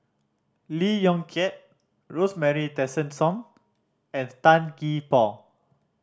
Lee Yong Kiat Rosemary Tessensohn and Tan Gee Paw